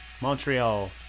Montreal